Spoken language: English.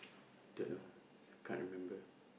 don't know can't remember